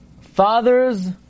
father's